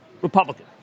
Republican